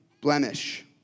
blemish